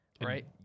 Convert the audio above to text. right